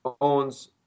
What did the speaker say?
owns